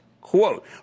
quote